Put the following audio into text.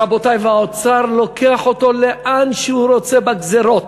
רבותי, האוצר לוקח אותו לאן שהוא רוצה בגזירות.